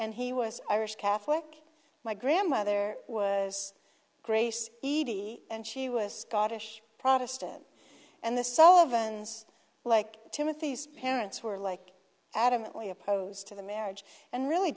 and he was irish catholic my grandmother was grace e d and she was scottish protestant and the sullivans like timothy's parents were like adamantly opposed to the marriage and really